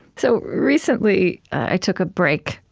so recently, i took a break.